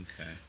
Okay